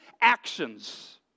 actions